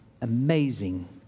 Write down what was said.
amazing